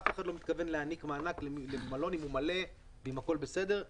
אף אחד לא מתכוון לתת מענק למלון אם הוא מלא והכול בסדר.